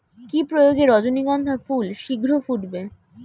কি প্রয়োগে রজনীগন্ধা ফুল শিঘ্র ফুটবে?